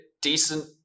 decent